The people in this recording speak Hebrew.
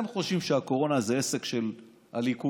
אתם חושבים שהקורונה זה עסק של הליכוד,